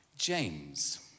James